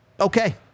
Okay